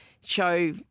show